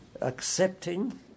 accepting